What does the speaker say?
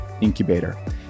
incubator